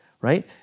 right